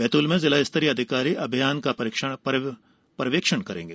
बैतूल में जिला स्तरीय अधिकारी अभियान का पर्यवेक्षण करेंगे